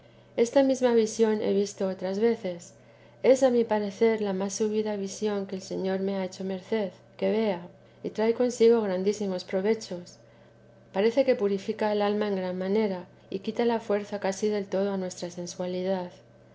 esta mesma visión he visto otras tres veces es a mi parecer la más subida visión que el señor me ha hecho merced que vea y trae consigo grandísimos provechos parece que purifica el alma en gran manera y quita la fuerza casi del todo a esta nuestra sensualidad